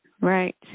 Right